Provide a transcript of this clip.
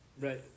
Right